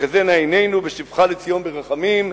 "ותחזינה עינינו בשובך לציון ברחמים".